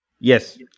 Yes